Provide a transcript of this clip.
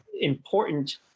important